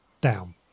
down